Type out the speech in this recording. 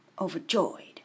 Overjoyed